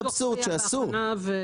אלה דברים שבעבודה, בהכנה.